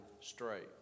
straight